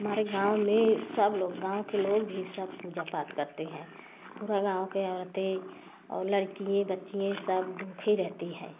हमारे गाँव में सब लोग गाँव के लोग भी सब पूजा पाठ करते हैं पूरे गाँव की औरतें और लड़कियाँ बच्चियाँ सब भूखी रहती हैं